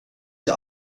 dir